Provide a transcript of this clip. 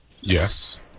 Yes